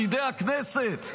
בידי הכנסת,